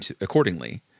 accordingly